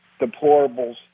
deplorables